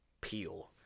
peel